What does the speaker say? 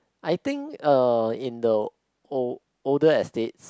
I think uh in the old~ older estates